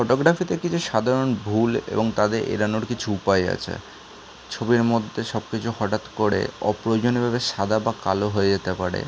photography থেকে যে সাধারণ ভুল এবং তাদের এড়ানোর কিছু উপায় আছে ছবির মধ্যে সব কিছু হঠাৎ করে অপ্রয়োজনীয়ভাবে সাদা বা কালো হয়ে যেতে পারে